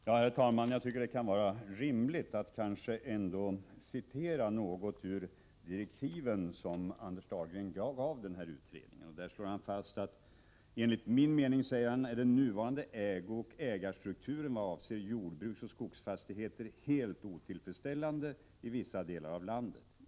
Herr talman! Jag tycker att det kan vara rimligt att citera något ur de kommittédirektiv, Dir. 1981:22, som Anders Dahlgren gav den här utredningen. Han slår där fast: ”Enligt min mening är den nuvarande ägooch ägarstrukturen vad avser jordbruksoch skogsfastigheter helt otillfredsställande i vissa delar av landet.